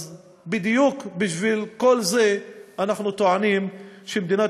אז בדיוק בשביל כל זה אנחנו טוענים שמדינת